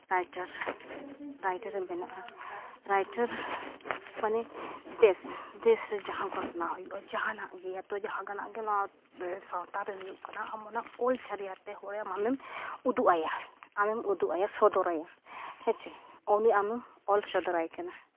ᱨᱟᱭᱴᱟᱨᱮᱢ ᱵᱮᱱᱟᱜᱼᱟ ᱨᱟᱭᱴᱟᱨ ᱢᱟᱱᱮ ᱫᱮᱥ ᱫᱮᱥ ᱨᱮ ᱡᱟᱦᱟᱸ ᱜᱷᱚᱴᱚᱱᱟ ᱦᱩᱭᱩᱜᱼᱟ ᱡᱟᱦᱟᱱᱟᱜᱼᱜᱮ ᱟᱫᱚ ᱡᱟᱦᱟᱱᱟᱜ ᱜᱮ ᱱᱚᱣᱟ ᱥᱟᱶᱛᱟᱨᱮ ᱦᱩᱭᱩᱜ ᱠᱟᱱᱟ ᱟᱢ ᱚᱱᱟ ᱚᱞ ᱡᱟᱣᱨᱟᱭᱛᱮ ᱦᱳᱭ ᱟᱞᱮᱢ ᱩᱫᱩᱜ ᱟᱭᱟ ᱟᱢᱮᱢ ᱩᱫᱩᱜᱼᱟᱭᱟ ᱥᱚᱫᱚᱨᱟᱭᱟ ᱦᱮᱸᱥᱮ ᱩᱱᱤ ᱟᱢᱮᱢ ᱚᱞ ᱥᱚᱫᱚᱨᱟᱭ ᱠᱟᱱᱟ